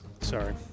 Sorry